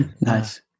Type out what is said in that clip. Nice